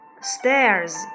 stairs